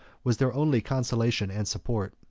was their only consolation and support.